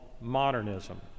modernism